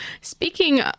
Speaking